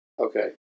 Okay